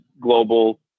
global